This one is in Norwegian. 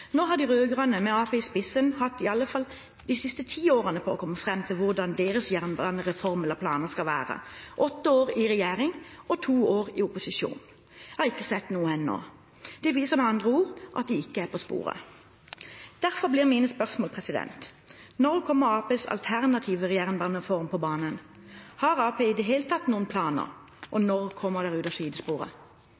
Nå har de rød-grønne med Arbeiderpartiet i spissen hatt iallfall de siste ti årene på å komme fram til hvordan deres jernbanereform eller planer skal være. Åtte år i regjering og to år i opposisjon – jeg har ikke sett noe ennå. Det viser med andre ord at de ikke er på sporet. Derfor blir mine spørsmål: Når kommer Arbeiderpartiets alternative jernbanereform på banen? Har Arbeiderpartiet i det hele tatt noen planer, og når kommer de ut av sidesporet? Det er